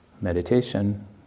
meditation